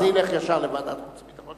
ואז זה ילך ישר לוועדת החוץ והביטחון.